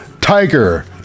Tiger